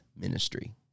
ministry